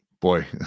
boy